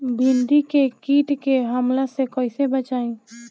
भींडी के कीट के हमला से कइसे बचाई?